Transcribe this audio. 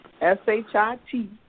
S-H-I-T